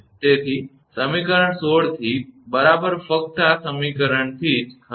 તેથી સમીકરણ 16 થી બરાબર ફકત આ સમીકરણથી જ ખરું ને